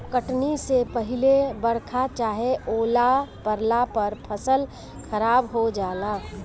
कटनी से पहिले बरखा चाहे ओला पड़ला पर फसल खराब हो जाला